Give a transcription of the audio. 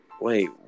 Wait